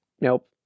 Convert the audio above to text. Nope